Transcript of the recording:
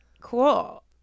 Cool